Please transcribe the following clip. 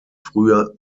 frühe